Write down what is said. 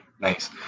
Nice